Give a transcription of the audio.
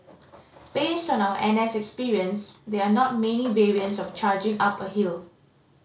based on our N S experience there are not many variants of charging up a hill